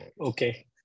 Okay